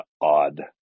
odd